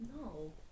no